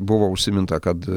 buvo užsiminta kad